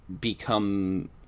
become